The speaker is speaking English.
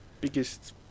biggest